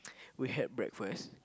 we had breakfast